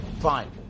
fine